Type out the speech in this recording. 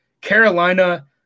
Carolina